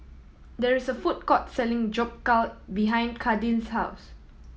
there is a food court selling Jokbal behind Kadin's house